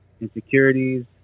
insecurities